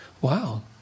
Wow